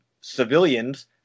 civilians